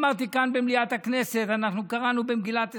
אמרתי כאן במליאת הכנסת, אנחנו קראנו במגילת אסתר: